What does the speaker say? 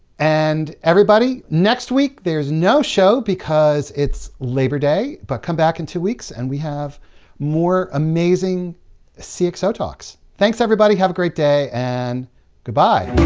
and, everybody, next week, there's no show because it's labor day, but come back in two weeks and we have more amazing cxotalks. thanks, everybody, have a great day and goodbye!